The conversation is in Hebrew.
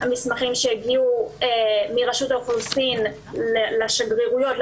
מסמכים שהגיעו מרשות האוכלוסין לשגרירויות,